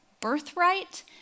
birthright